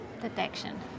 detection